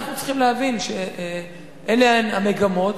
אנחנו צריכים להבין שאלה המגמות,